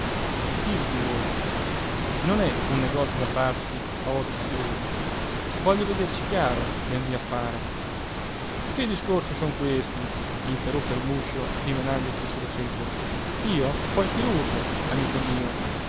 i fido di voi non è un negozio da farsi a occhi chiusi voglio vederci chiaro nel mio affare che discorsi son questi interruppe il muscio dimenandosi sulla seggiola io fo il chirurgo amico mio